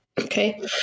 Okay